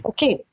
Okay